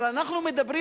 אנחנו מדברים,